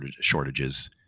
shortages